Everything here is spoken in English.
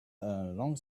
along